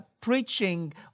preaching